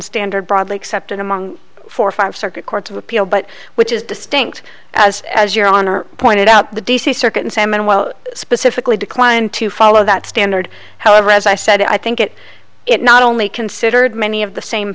standard broadly accepted among four five circuit courts of appeal but which is distinct as as your honor pointed out the d c circuit in salmon while specifically declined to follow that standard however as i said i think it it not only considered many of the same